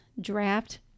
draft